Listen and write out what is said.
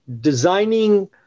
designing